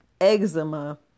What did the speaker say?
eczema